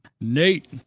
Nate